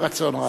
ברצון רב.